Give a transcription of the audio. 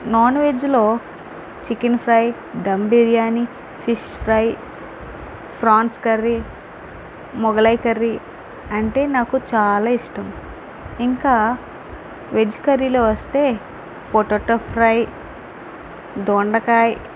non వెజ్లో chicken fry dum biryani fish fry prawns curry Mughlai curry అంటే నాకు చాలా ఇష్టం ఇంకా వెజ్ కర్రీలో వస్తే పొటాటో ఫ్రై దొండకాయ